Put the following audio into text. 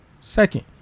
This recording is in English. Second